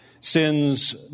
Sin's